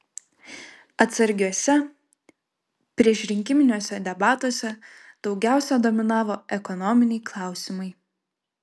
atsargiuose priešrinkiminiuose debatuose daugiausia dominavo ekonominiai klausimai